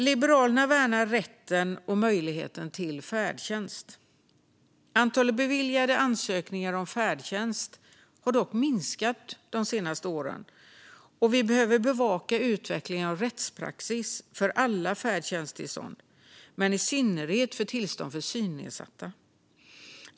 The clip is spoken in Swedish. Liberalerna värnar rätten och möjligheten till färdtjänst. Antalet beviljade ansökningar om färdtjänst har dock minskat de senaste åren. Vi behöver bevaka utvecklingen av rättspraxis för alla färdtjänsttillstånd men i synnerhet för tillstånd för synnedsatta.